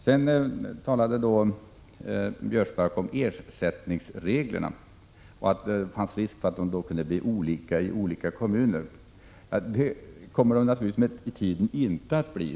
Karl-Göran Biörsmark talade om ersättningsreglerna och menade att det finns risk för att det kan bli olika i olika kommuner. Med tiden kommer det naturligtvis inte att bli så.